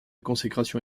consécration